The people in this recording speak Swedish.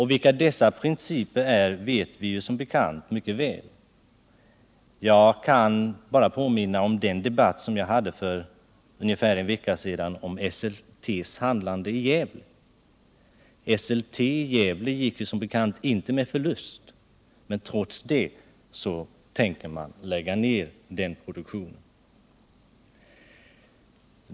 Vilka dessa principer är vet vi ju mycket väl. Jag kan bara påminna om den debatt som jag hade för ungefär en vecka sedan om Esseltes handlande i Gävle. Anläggningen där gick som bekant inte med förlust, men trots det tänker man lägga ned produktionen.